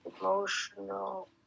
emotional